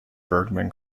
bergman